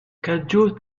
cadio